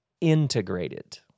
integrated